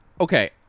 Okay